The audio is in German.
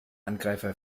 angreifer